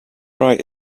right